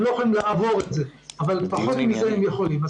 הם לא יכולים לעבור את זה אבל פחות מזה הם יכולים.